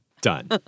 Done